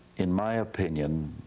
in my opinion,